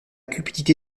cupidité